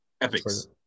Epics